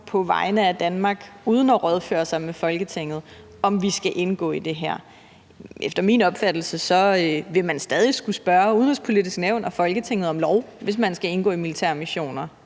i det her, uden at rådføre sig med Folketinget. Efter min opfattelse vil man stadig skulle spørge Det Udenrigspolitiske Nævn og Folketinget om lov, hvis man skal indgå i militære missioner,